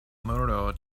muro